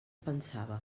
pensava